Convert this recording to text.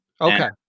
Okay